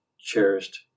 cherished